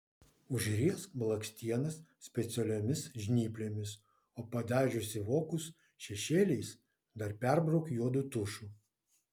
užriesk blakstienas specialiomis žnyplėmis o padažiusi vokus šešėliais dar perbrauk juodu tušu